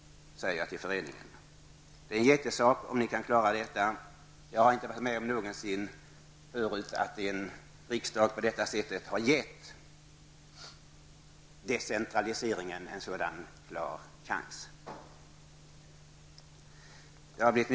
säger jag till föreningen. Det är en stor händelse om ni klarar detta. Jag har inte någonsin förut varit med om att riksdagen på det sättet har gett decentraliseringen en sådan klar chans. Fru talman!